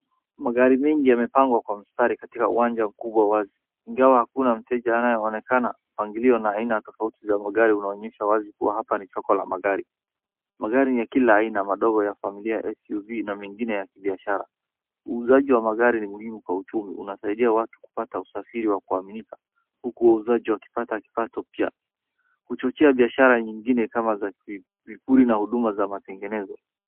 Magari mengi yamepangwa kwa mstari katika uwanja mkubwa wazi. Ingawa hakuna mteja anayeonekana, mpangilio na aina tofauti za magari unaonyesha wazi kuwa hapa ni soko la magari. Magari ni ya kila aina madogo ya kifamilia kama vile SUV na mengine ya kibiashara, uuzaji wa magari ni muhimu kwa uchumi, unasaidia watu kupata usafiri wa kuaminika huku wauzaji wakipata kipato cha kuchochea biashara nyingine kama za huduma na matengenezo.